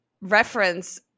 reference